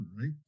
right